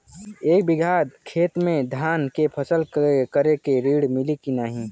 एक बिघा खेत मे धान के फसल करे के ऋण मिली की नाही?